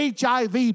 HIV